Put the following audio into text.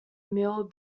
mill